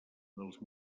dels